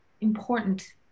important